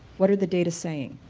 what are the data saying.